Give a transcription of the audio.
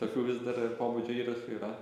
tokių vis dar pobūdžio įrašų yra